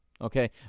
Okay